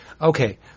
okay